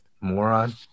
moron